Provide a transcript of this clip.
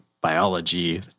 biology